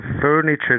furniture